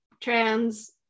trans